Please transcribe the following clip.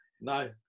no